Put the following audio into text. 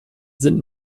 sind